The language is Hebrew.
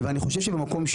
ואני חושב שבמקום,